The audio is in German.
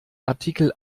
artikel